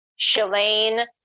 Shalane